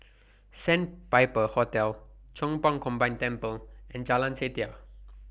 Sandpiper Hotel Chong Pang Combined Temple and Jalan Setia